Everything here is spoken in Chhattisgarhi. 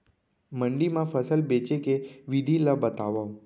मंडी मा फसल बेचे के विधि ला बतावव?